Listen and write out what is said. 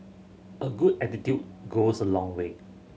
a good attitude goes a long way